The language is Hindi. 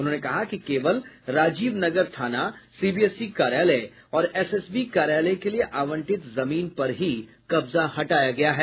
उन्होंने कहा कि केवल राजीव नगर थाना सीबीएसई कार्यालय और एसएसबी कार्यालय के लिए आंवटित जमीन पर ही कब्जा हटाया गया है